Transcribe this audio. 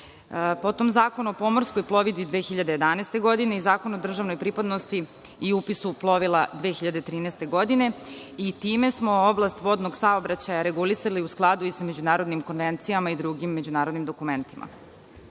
potom Zakon o pomorskoj plovidbi 2011. godine i Zakon o državnoj pripadnosti i upisu plovila 2013. godine i time smo oblast vodnog saobraćaja regulisali i u skladu sa međunarodnim konvencijama i drugim međunarodnim dokumentima. Na